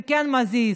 זה כן מזיז.